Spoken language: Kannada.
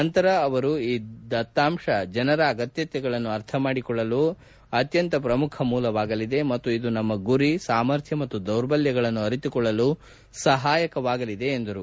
ನಂತರ ಅವರು ಈ ದತ್ತಾಂಶ ಜನರ ಅಗತ್ಯತೆಗಳನ್ನು ಅರ್ಥ ಮಾಡಿಕೊಳ್ಳಲು ಅತ್ಯಂತ ಪ್ರಮುಖ ಮೂಲವಾಗಲಿದೆ ಮತ್ತು ಇದು ನಮ್ಮ ಗುರಿ ಸಾಮರ್ಥ್ಯ ಮತ್ತು ದೌರ್ಬಲ್ಯಗಳನ್ನು ಅರಿತುಕೊಳ್ಳಲು ಸಹಾಯಕವಾಗಲಿದೆ ಎಂದರು